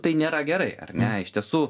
tai nėra gerai ar ne iš tiesų